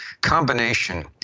combination